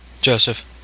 Joseph